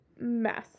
mess